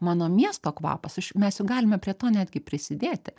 mano miesto kvapas aš mes juk galime prie to netgi prisidėti